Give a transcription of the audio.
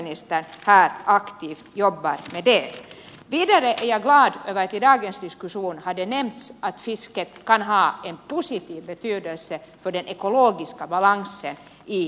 vidare är jag glad över att det i dagens diskussion har nämnts att fisket kan ha en positiv betydelse för den ekologiska balansen i östersjön